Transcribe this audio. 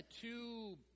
two